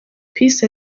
peace